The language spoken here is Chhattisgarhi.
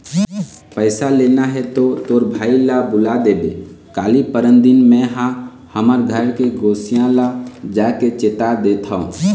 पइसा लेना हे तो तोर भाई ल बुला देबे काली, परनदिन में हा हमर घर के गोसइया ल जाके चेता देथव